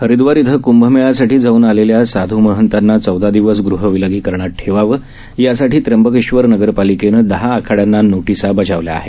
हरिद्वार इथं कृंभमेळ्यासाठी जाऊन आलेल्या साधू महंताना चौदा दिवस गृह विलगीकरणात ठेवावं यासाठी त्र्यंबकेश्वर नगरपालिकेनं दहा आखड्यांना नोटिसा बजावल्या आहेत